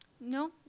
No